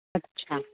अच्छा